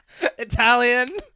Italian